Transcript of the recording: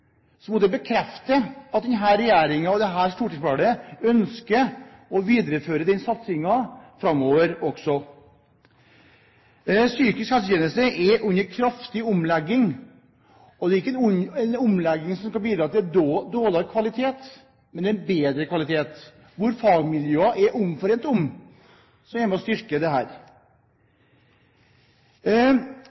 det bekrefter at denne regjeringen og dette stortingsflertallet ønsker å videreføre den satsingen framover også. Psykisk helsetjeneste er under kraftig omlegging, og det er ikke en omlegging som skal bidra til dårligere kvalitet, men til en bedre kvalitet, hvor fagmiljøene er omforent om å være med på å styrke